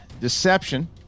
deception